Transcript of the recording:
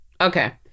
Okay